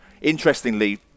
Interestingly